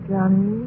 Johnny